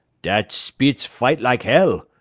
dat spitz fight lak hell,